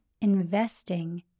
investing